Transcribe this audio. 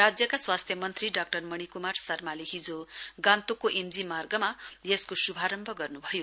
राज्यका स्वास्थ्य मन्त्री डाक्टर मणि क्मार शर्माले हिजो गान्तोकको एमजी मार्गमा यसको शुभारम्भ गर्नुभयो